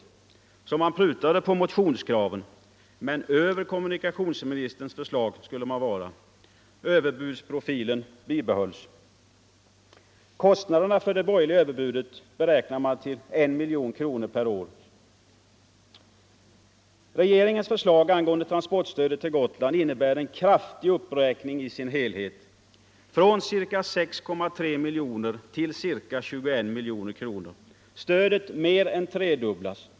Man har alltid prutat på motionskraven, men över kommunikationsministerns förslag skulle man vara. Överbudsprofilen bibehålls. Kostnaden för det borgerliga överbudet beräknar man till 1 miljon kronor per år. Regeringens förslag angående transportstödet till Gotland innebär i sin helhet en kraftig uppräkning, från ca 6,3 miljoner till ca 21 miljoner kronor. Stödet mer än tredubblas.